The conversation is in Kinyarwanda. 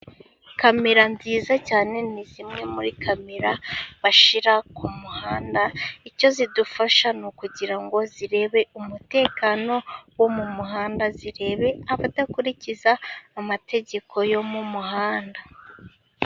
Kamera nziza cyane, ni zimwe muri kamera bashyira ku muhanda. Icyo zidufasha ni ukugira ngo zirebe umutekano wo mu muhanda, zirebe abadakurikiza amategeko yo mu muhanda.